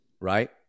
right